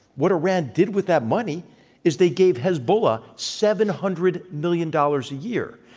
what iran did with that money is they gave hezbollah seven hundred million dollars a year.